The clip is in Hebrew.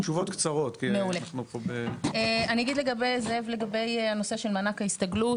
אני אגיד, זאב, לגבי הנושא של מענק ההסתגלות.